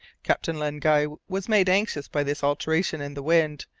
captain len guy was made anxious by this alteration in the wind,